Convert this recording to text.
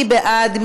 מי בעד?